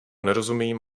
nerozumím